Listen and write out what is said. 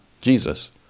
Jesus